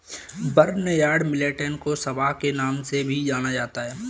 barnyard millet को सांवा के नाम से भी जाना जाता है